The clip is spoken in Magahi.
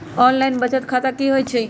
ऑनलाइन बचत खाता की होई छई?